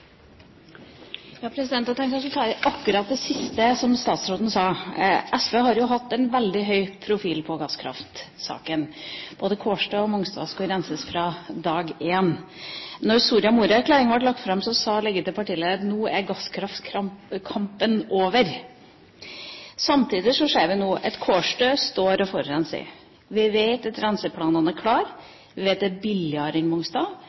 Jeg tenkte jeg skulle ta fatt i akkurat det siste statsråden sa. SV har jo hatt en veldig høy profil i gasskraftsaken – både Kårstø og Mongstad skulle renses fra dag én. Da Soria Moria-erklæringen ble lagt fram, sa liketil partilederen: Nå er gasskraftkampen over. Samtidig ser vi nå at Kårstø står og forurenser. Vi vet at renseplanene er klare, vi vet at det er billigere enn Mongstad,